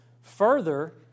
Further